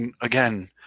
again